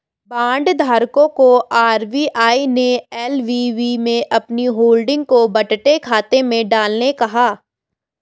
bond धारकों को RBI ने एल.वी.बी में अपनी होल्डिंग को बट्टे खाते में डालने कहा